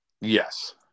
Yes